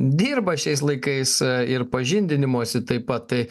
dirba šiais laikais ir pažindinimosi taip pat tai